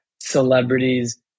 celebrities